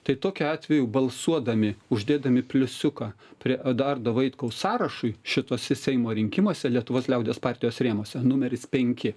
tai tokiu atveju balsuodami uždėdami pliusiuką prie eduardo vaitkaus sąrašui šituose seimo rinkimuose lietuvos liaudies partijos rėmuose numeris penki